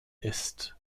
ist